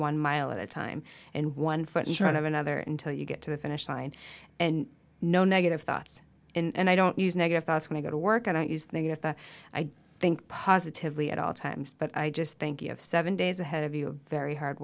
one mile at a time and one foot in front of another until you get to the finish line and no negative thoughts and i don't use negative thoughts when i go to work and i used to get that i think positively at all times but i just think you have seven days ahead of you very hard